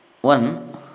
one